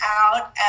out